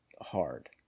hard